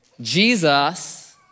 Jesus